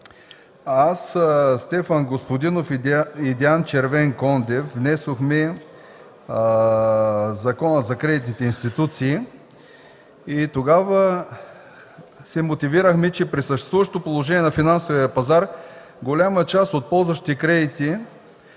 аз, Стефан Господинов и Диан Червенкондев внесохме Закона за кредитните институции. Тогава се мотивирахме, че при съществуващото положение на финансовия пазар голяма част от ползващите кредити